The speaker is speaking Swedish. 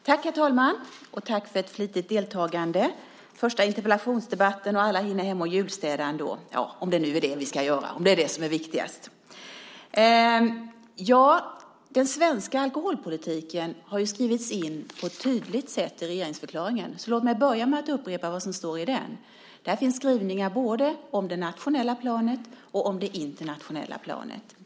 Herr talman! Tack för ett flitigt deltagande! Detta är den första interpellationsdebatten, och alla hinner hem och julstäda ändå - om det nu är det ni ska göra, om nu det är viktigast. Den svenska alkoholpolitiken har skrivits in på ett tydligt sätt i regeringsförklaringen. Låt mig därför börja med att upprepa vad som står i den. Där finns skrivningar både om det nationella planet och om det internationella planet.